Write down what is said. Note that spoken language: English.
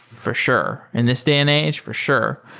for sure. in this day and age, for sure.